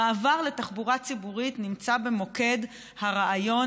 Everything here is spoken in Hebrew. המעבר לתחבורה ציבורית נמצא במוקד הרעיון